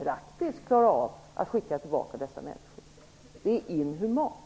praktiskt svårt att skicka tillbaka dessa människor. Det vore inhumant.